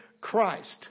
Christ